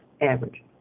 average